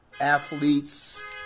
athletes